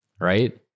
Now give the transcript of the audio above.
right